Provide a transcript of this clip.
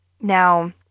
Now